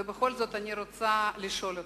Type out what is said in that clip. ובכל זאת אני רוצה לשאול אותך: